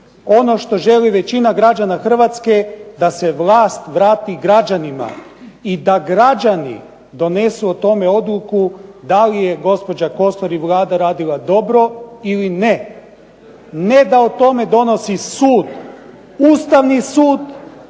ono što želi većina građana Hrvatske da se vlast vrati građanima i da građani donesu o tome odluku da li je gospođa Kosor i Vlada radila dobro ili ne. ne da o tome donosi sud, Ustavni sud,